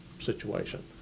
situation